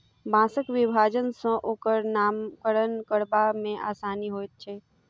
बाँसक विभाजन सॅ ओकर नामकरण करबा मे आसानी होइत छै